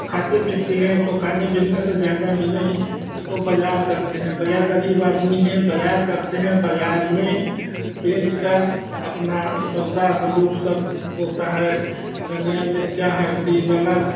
खाते पीते हैं तो खाने पीने से ज़्यादा मिल गईं तो बाज़ार करते हैं बाज़ार गरीब आदमी हैं बाज़ार करते हैं बाज़ार में बेचकर अपना सौदा सहयोग सब होता है धनिया मिर्ची हल्दी नमक